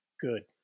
Good